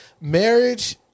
Marriage